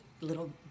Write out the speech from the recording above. little